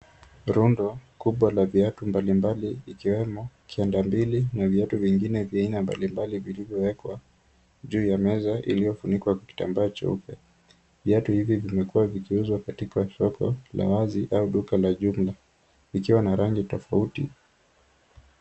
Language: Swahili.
Rundo kubwa la viatu mbali mbali ikiwemo kianda mbili na viatu vingine vya aina mbali mbali vilivyowekwa juu ya meza iliyofunikwa kitambaa cheupe. Viatu hivi vimekuwa vikiuzwa katika soko la wazi au duka la jumla, vikiwa na rangi tofauti.